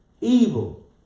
evil